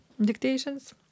dictations